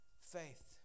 faith